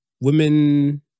women